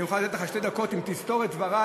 אני מוכן לתת לך שתי דקות אם תסתור את דברי,